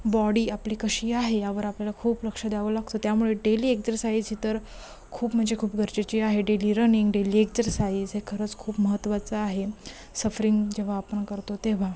body आपली कशी आहे यावर आपल्याला खूप लक्ष द्यावं लागतं त्यामुळे डेली एक्झरसाईज ही तर खूप म्हणजे खूप गरजेची आहे डेली रनिंग डेली एक्झरसाईज हे खरंच खूप महत्त्वाचं आहे सफरिंग जेव्हा आपण करतो तेव्हा